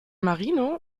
marino